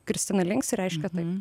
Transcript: kristina linksi reiškia taip